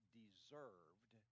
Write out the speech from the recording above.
deserved